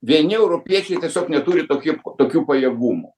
vieni europiečiai tiesiog neturi toki tokių pajėgumų